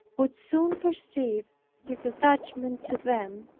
would soon perceive his attachment to them,